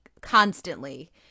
constantly